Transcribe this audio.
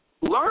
learn